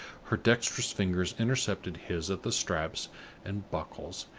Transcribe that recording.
her dexterous fingers intercepted his at the straps and buckles,